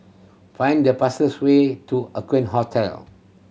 find the fastest way to Aqueen Hotel